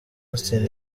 austin